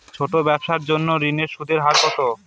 ছোট ব্যবসার জন্য ঋণের সুদের হার কত?